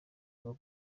bwo